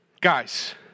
Guys